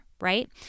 right